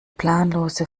planlose